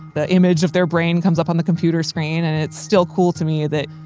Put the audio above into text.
the image of their brain comes up on the computer screen and it's still cool to me that,